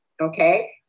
okay